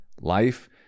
life